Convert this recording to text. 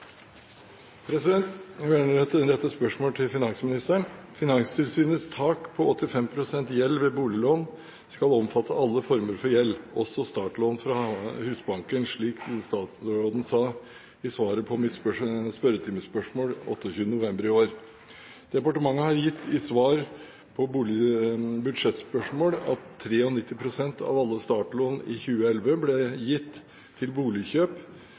Jeg vil gjerne rette dette spørsmålet til finansministeren: «Finanstilsynets tak på 85 pst. gjeld ved boliglån skal omfatte alle former for gjeld, også startlån fra Husbanken, slik statsråden sa i svaret på mitt spørretimespørsmål 28. november i år. Departementet har oppgitt i svar på budsjettspørsmål at 93 pst. av